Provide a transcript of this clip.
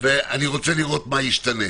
ואני רוצה לראות מה ישתנה,